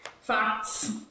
facts